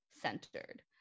centered